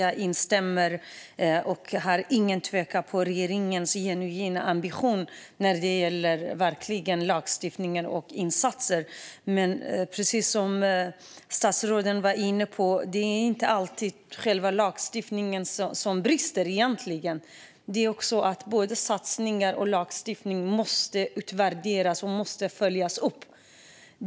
Jag instämmer i och har inga tvivel gällande regeringens genuina ambition när det gäller lagstiftningen och sådana insatser, men som statsrådet var inne på är det inte alltid själva lagstiftningen som brister. Både satsningar och lagstiftning måste dock följas upp och utvärderas.